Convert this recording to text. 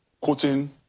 quoting